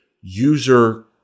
user